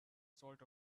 salt